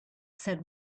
said